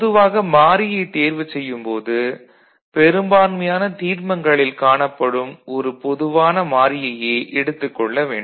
பொதுவாக மாறியைத் தேர்வு செய்யும் போது பெரும்பான்மையான தீர்மங்களில் காணப்படும் ஒரு பொதுவான மாறியையே எடுத்துக் கொள்ள வேண்டும்